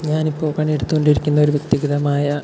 ഞാൻ ഇപ്പോൾ പണിയെടുത്തുകൊണ്ടിരിക്കുന്ന ഒരു വ്യക്തിഗതമായ